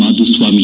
Madhuswamy